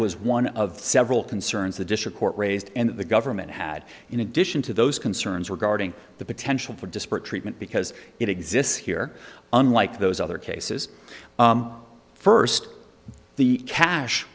was one of several concerns the district court raised and the government had in addition to those concerns regarding the potential for disparate treatment because it exists here unlike those other cases first the cash